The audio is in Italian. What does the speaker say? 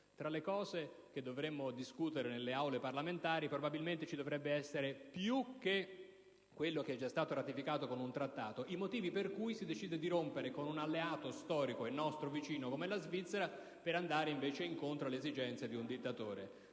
Tra i temi che dovremmo discutere nelle Aule parlamentari probabilmente, più di ciò che è già stato ratificato con un Trattato, ci dovrebbero essere i motivi per cui si decide di rompere con un alleato storico e nostro vicino come la Svizzera per andare invece incontro alle esigenze di un dittatore.